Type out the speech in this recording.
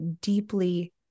deeply